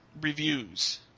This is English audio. reviews